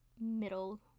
middle